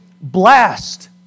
blast